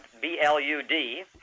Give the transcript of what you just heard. B-L-U-D